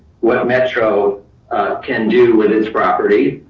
what metro can do with his property.